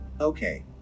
Okay